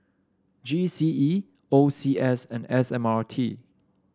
G C E O C S and S M R T